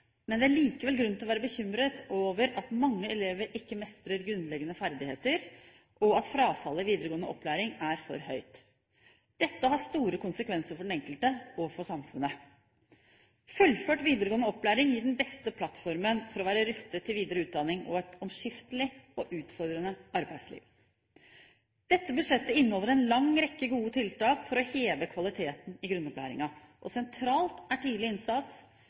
Men vi har likevel grunn til å være bekymret over at mange elever ikke mestrer grunnleggende ferdigheter, og at frafallet i videregående opplæring er for høyt. Dette har store konsekvenser for den enkelte og for samfunnet. Fullført videregående opplæring gir den beste plattformen for å være rustet til videre utdanning og et omskiftelig og utfordrende arbeidsliv. Dette budsjettet inneholder en lang rekke gode tiltak for å heve kvaliteten i grunnopplæringen. Sentralt er tidlig innsats,